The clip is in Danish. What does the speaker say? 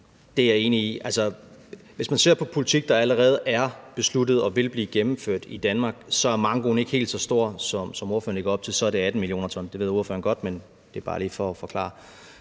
Det er jeg enig i. Hvis man ser på den politik, der allerede er besluttet og vil blive gennemført i Danmark, er mankoen ikke helt så stor, som ordføreren lægger op til, for så er det 18 mio. t. Det ved ordføreren godt, men det er bare lige for at forklare